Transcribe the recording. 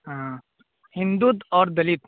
ہاں ہندوتو اور دلت